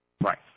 Right